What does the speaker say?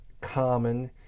common